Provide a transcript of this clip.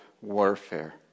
warfare